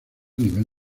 nivel